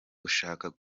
gushaka